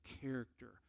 character